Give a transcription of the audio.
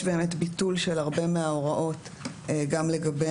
יש באמת ביטול של הרבה מההוראות גם לגבי